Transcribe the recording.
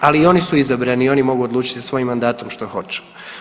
Ali i oni su izabrani i oni mogu odlučiti sa svojim mandatom što hoće.